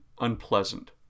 unpleasant